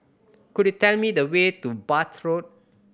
could you tell me the way to Bath Road